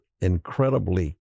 incredibly